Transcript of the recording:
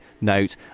note